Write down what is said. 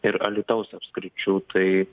ir alytaus apskričių tai